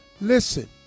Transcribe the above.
Listen